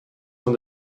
when